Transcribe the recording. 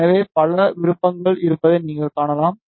எனவே பல விருப்பங்கள் இருந்ததை நீங்கள் காணலாம்